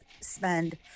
spend